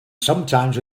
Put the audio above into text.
sometimes